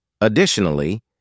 Additionally